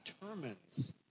determines